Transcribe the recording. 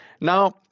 Now